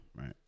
right